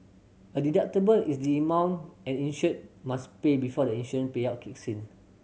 a deductible is the amount an insured must pay before the insurance payout kicks in